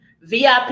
VIP